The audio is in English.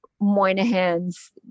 Moynihan's